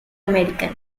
american